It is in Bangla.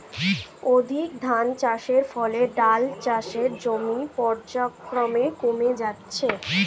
অধিক ধানচাষের ফলে ডাল চাষের জমি পর্যায়ক্রমে কমে যাচ্ছে